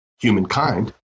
humankind